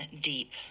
deep